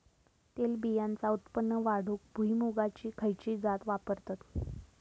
तेलबियांचा उत्पन्न वाढवूक भुईमूगाची खयची जात वापरतत?